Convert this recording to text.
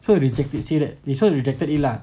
so he rejected say that so he rejected it lah